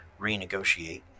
renegotiate